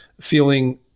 feeling